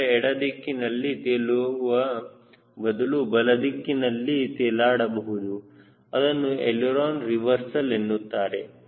ನಂತರ ಎಡ ದಿಕ್ಕಿನಲ್ಲಿ ತೇಲುವ ಬದಲು ಬಲ ದಿಕ್ಕಿನಲ್ಲಿ ತೇಲಾಡಬಹುದು ಅದನ್ನು ಎಳಿರೋನ ರಿವರ್ಸಲ್ ಎನ್ನುತ್ತಾರೆ